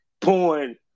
porn